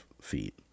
feet